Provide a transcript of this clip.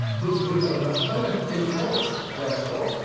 it is of the highest importance, therefore,